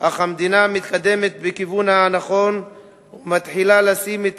אך המדינה מתקדמת בכיוון הנכון ומתחילה לשים את